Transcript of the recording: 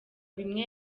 bimwe